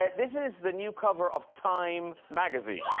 this is the new cover of time magazine